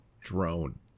drone